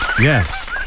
Yes